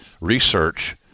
research